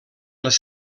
les